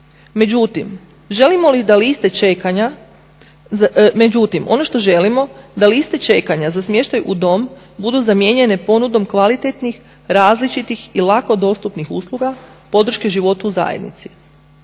međutim ono što želimo da liste čekanja za smještaj u dom budu zamijenjene ponudom kvalitetnih, različitih i lako dostupnih usluga podrške životu u zajednici.